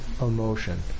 emotion